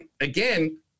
again